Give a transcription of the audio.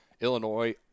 Illinois